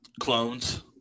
clones